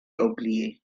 oublié